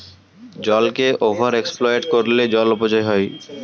জলকে over exploit করলে জল অপচয় হয়